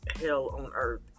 hell-on-earth